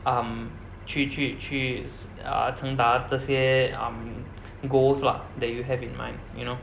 um 去去去 s~ uh 成达这些 um goals lah that you have in mind you know